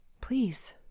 Please